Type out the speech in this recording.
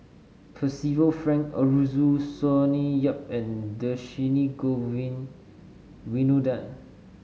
Percival Frank Aroozoo Sonny Yap and Dhershini Govin Winodan